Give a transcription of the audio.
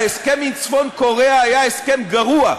ההסכם עם צפון-קוריאה היה הסכם גרוע.